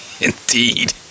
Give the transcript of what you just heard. Indeed